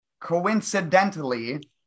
coincidentally